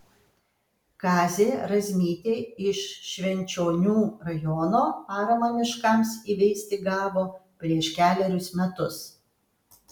kazė razmytė iš švenčionių rajono paramą miškams įveisti gavo prieš kelerius metus